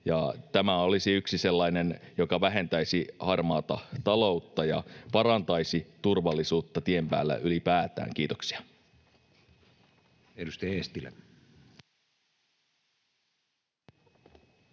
tämä olisi yksi sellainen, joka vähentäisi harmaata taloutta ja parantaisi turvallisuutta tien päällä ylipäätään. — Kiitoksia.